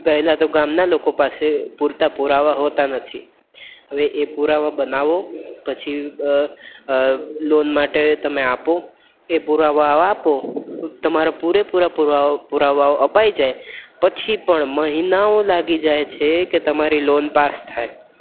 પહેલાં તો ગામના લોકો પાસે પૂરતા પુરાવા હોતા નથી હવે એ પુરાવા બનાવો પછી લોન માટે તમે આપો એ પુરાવા આપો તમારો પૂરેપૂરા પુરાવા પુરાવાઓ અપાઈ જાય પછી પણ મહિનાઓ લાગી જાય છે કે તમારી લોન પાસ થાય